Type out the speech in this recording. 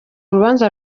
rubanza